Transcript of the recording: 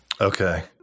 Okay